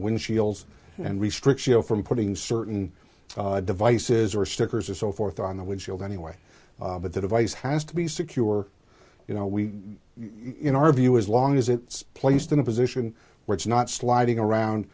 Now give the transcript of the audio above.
windshields and restriction from putting certain devices or stickers or so forth on the windshield anyway but the device has to be secure you know we you know our view as long as it's placed in a position where it's not sliding around